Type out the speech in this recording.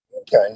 Okay